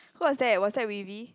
who was that was that Phoebe